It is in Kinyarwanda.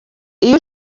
iyo